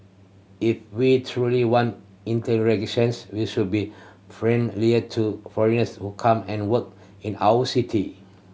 if we truly want we should be friendlier to foreigners who come and work in our city